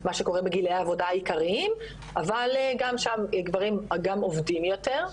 מה שקורה בגילאי עבודה עיקריים אבל גם שם גברים גם עובדים יותר,